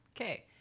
Okay